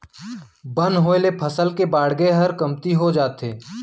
बन होय ले फसल के बाड़गे हर कमती हो जाथे